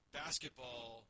basketball